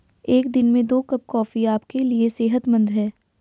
एक दिन में दो कप कॉफी आपके लिए सेहतमंद है